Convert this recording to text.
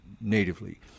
natively